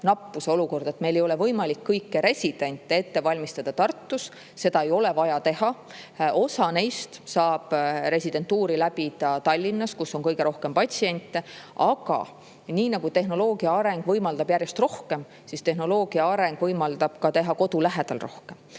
nappuse olukorda, meil ei ole võimalik kõiki residente Tartus ette valmistada, aga seda ei olegi vaja teha. Osa neist saab residentuuri läbida Tallinnas, kus on kõige rohkem patsiente. Aga tehnoloogia areng võimaldab järjest rohkem, tehnoloogia areng võimaldab teha ka kodu lähedal rohkem.